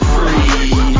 Free